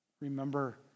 Remember